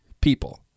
people